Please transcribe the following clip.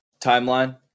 timeline